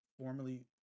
formerly